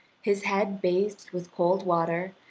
his head bathed with cold water,